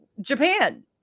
japan